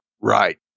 Right